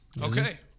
Okay